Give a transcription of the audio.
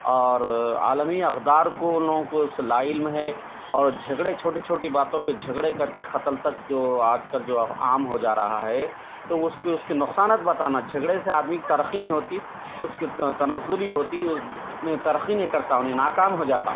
اور عالمی اقدار کو ان لوگوں اس سے لا علم ہے اور جھگڑے چھوٹی چھوٹی باتوں پہ جھگڑے کر کے قتل تک جو آج کل جو عام ہو جا رہا ہے تو اس کے اس کے نقصانات بتانا جھگڑے سے آدمی ترقی نہیں ہوتی اس کے تنزلی ہوتی ان ترقی نہیں کرتا ان ناکام ہو جاتا